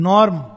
Norm